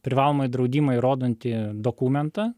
privalomąjį draudimą įrodantį dokumentą